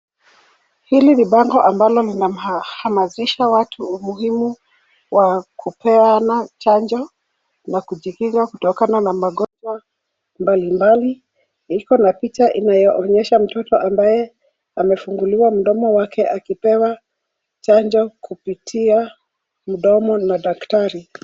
Hili ni mbango ambalo linamhamazisha watu umuhimu wa kupeana chanjo na kujikinga kutokana na mangojwa balibali. Iko na picha inayooyesha mtoto ambaye amefunguliwa mdomo wake akipewa chanjo kupitia mdomo na daktari.